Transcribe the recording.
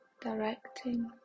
directing